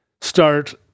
start